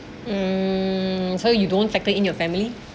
um so you don't factor in your family